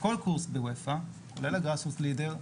וכל קורס באופ"א, כולל ה- Grassroots Leaders,